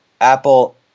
Apple